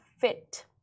fit